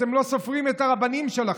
אתם לא סופרים את הרבנים שלכם.